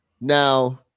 Now –